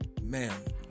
man